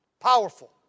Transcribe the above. powerful